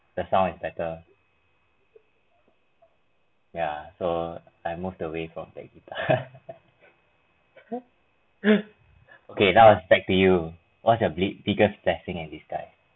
the sound is better ya so I moved away from that guitar okay now's back to you what's your bli~ biggest blessing in disguise